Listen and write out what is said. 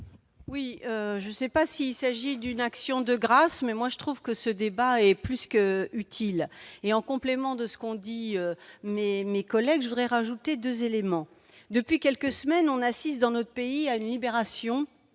Je ne sais pas s'il s'agit d'une action de grâce, mais je trouve que ce débat est plus qu'utile. En complément de ce qu'ont dit mes collègues, je veux ajouter deux éléments. Premièrement, depuis quelques semaines, on assiste, dans notre pays, à une libération